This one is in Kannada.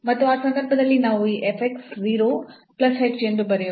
ಮತ್ತು ಆ ಸಂದರ್ಭದಲ್ಲಿ ನಾವು ಈ f x 0 plus h ಎಂದು ಬರೆಯಬಹುದು